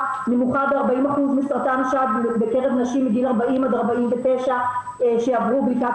נמוכה ב-40% מסרטן השד בקרב נשים בגילאים 40-49 שעברו בדיקת